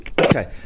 Okay